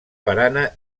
barana